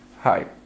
Hi